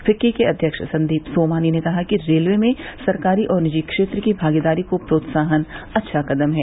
FICCI के अध्यक्ष संदीप सोमानी ने कहा कि रेलवे में सरकारी और निजी क्षेत्र की भागीदारी को प्रोत्साहन अच्छा कदम है